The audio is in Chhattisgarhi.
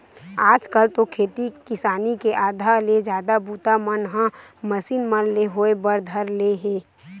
आज कल तो खेती किसानी के आधा ले जादा बूता मन ह मसीन मन ले होय बर धर ले हे